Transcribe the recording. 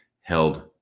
held